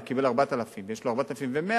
הוא קיבל 4,000 ויש לו 4,100,